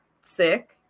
sick